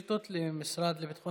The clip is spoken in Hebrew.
הם הולכים לרווחה